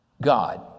God